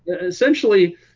essentially